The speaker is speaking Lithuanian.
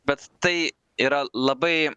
bet tai yra labai